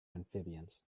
amphibians